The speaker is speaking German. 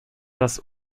das